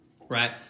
right